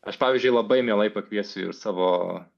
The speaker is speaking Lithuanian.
aš pavyzdžiui labai mielai pakviesiu ir savo